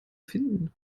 finden